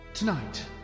Tonight